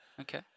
Okay